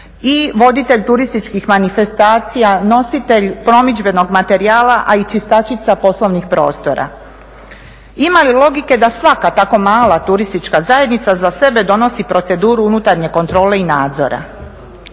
i voditelj turističkih manifestacija, nositelj promidžbenog materijala, a i čistačica poslovnih prostora. Ima li logike da svaka tako mala turistička zajednica za sebe donosi proceduru unutarnje kontrole i nadzora.